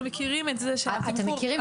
אנחנו מכירים את זה שהתמחור --- אתם מכירים,